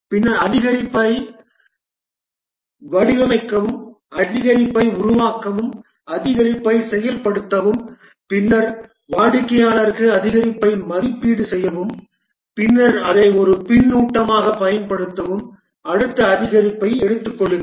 பின்னர் அதிகரிப்பை வடிவமைக்கவும் அதிகரிப்பை உருவாக்கவும் அதிகரிப்பை செயல்படுத்தவும் பின்னர் வாடிக்கையாளருக்கு அதிகரிப்பை மதிப்பீடு செய்யவும் பின்னர் அதை ஒரு பின்னூட்டமாகப் பயன்படுத்தவும் அடுத்த அதிகரிப்பை எடுத்துக் கொள்ளுங்கள்